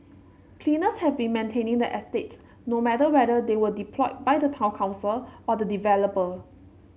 cleaners have been maintaining the estate no matter whether they were deployed by the town council or the developer